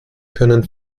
können